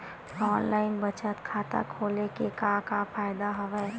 online बचत खाता खोले के का का फ़ायदा हवय